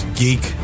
geek